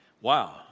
Wow